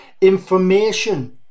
information